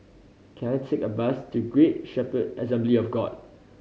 can I take a bus to Great Shepherd Assembly of God